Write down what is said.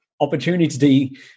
opportunity